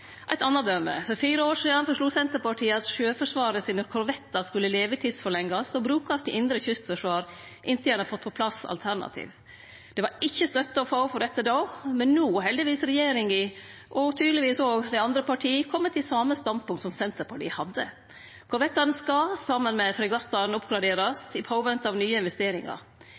Eit anna døme: For fire år sidan føreslo Senterpartiet at korvettane til Sjøforsvaret skulle levetidsforlengjast og brukast til indre kystforsvar inntil ein hadde fått på plass alternativ. Det var ikkje støtte å få for dette då, men no har heldigvis regjeringa og tydelegvis òg andre parti kome til same standpunkt som det Senterpartiet hadde. Korvettane skal, saman med fregattane, oppgraderast i påvente av nye investeringar.